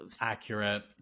Accurate